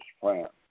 plant